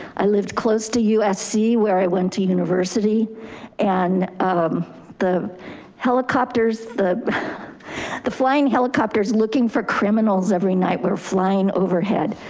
i lived close to usc, where i went to university and um the helicopters, the the flying helicopters, looking for criminals every night were flying overhead,